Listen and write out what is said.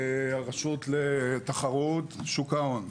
הרשות לתחרות שוק ההון.